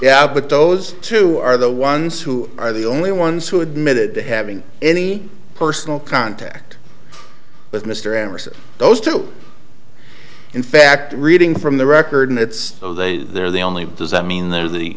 yeah but those two are the ones who are the only ones who admitted having any personal contact with mr emerson those two are in fact reading from the record and it's they they're the only does that mean they're the